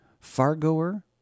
Fargoer